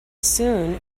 soon